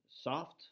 soft